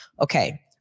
okay